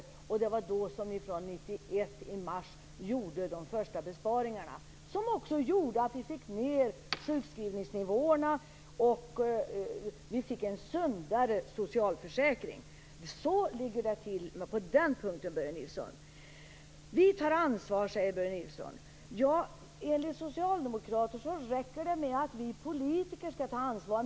Det var då, i mars 1991, ni gjorde de första besparingarna, som gjorde att vi fick ned sjukskrivningsnivåerna och fick en sundare socialförsäkring. Så ligger det till på den punkten, Börje Nilsson. Vi tar ansvar, säger Börje Nilsson. Ja, enligt socialdemokrater räcker det med att vi politiker skall ta ansvar.